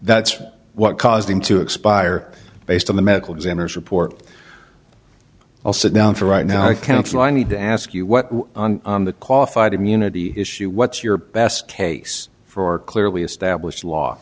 that's what caused him to expire based on the medical examiner's report i'll sit down for right now i counsel i need to ask you what the qualified immunity issue what's your best case for clearly established law